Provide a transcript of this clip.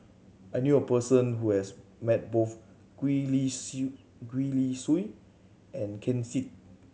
I knew a person who has met both Gwee Li Gwee Li Sui and Ken Seet